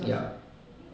yup